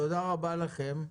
תודה רבה לכם.